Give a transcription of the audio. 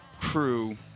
crew